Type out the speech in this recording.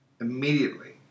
Immediately